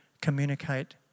communicate